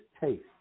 taste